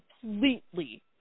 completely